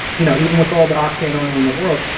you know even with all the octane oil in the world,